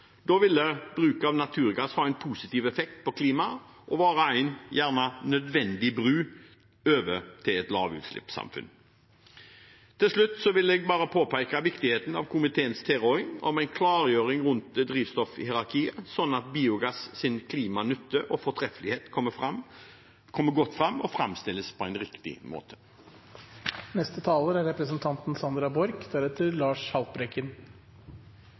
Da vil bruk av naturgass ha en positiv effekt på klimaet og være en nødvendig bro over til et lavutslippssamfunn. Til slutt vil jeg bare påpeke viktigheten av komiteens tilråding om en klargjøring rundt drivstoffhierarkiet, slik at biogassens klimanytte og fortreffelighet kommer godt fram og framstilles på en riktig måte. Senterpartiet vil også takke forslagsstillerne for dette forslaget. Det er